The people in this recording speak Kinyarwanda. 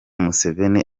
museveni